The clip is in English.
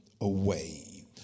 away